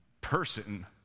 person